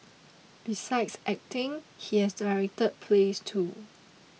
besides acting he has directed plays too